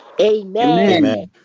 Amen